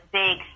big